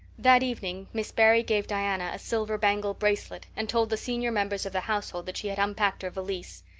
that evening miss barry gave diana a silver bangle bracelet and told the senior members of the household that she had unpacked her valise.